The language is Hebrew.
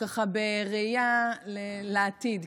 בראייה לעתיד,